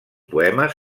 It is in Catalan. poemes